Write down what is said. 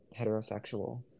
heterosexual